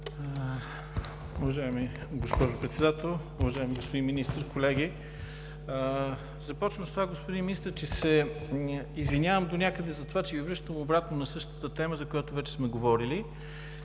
Уважаема госпожо Председател, уважаеми господин Министър, колеги! Ще започна с това, господин Министър, че се извинявам донякъде, че Ви връщам обратно на същата тема, за която вече сме говорили.